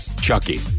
Chucky